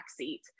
backseat